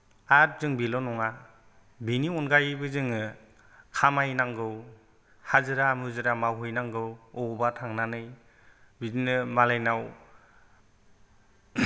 आरो जों बेल' नङा बिनि अनगायैबो खामायनांगौ हाजिरा हुजिरा मावहैनांगौ अबावबा थांनानै बिदिनो मालायनाव